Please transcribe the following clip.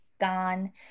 gone